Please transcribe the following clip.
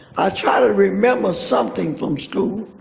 i try to remember something from school.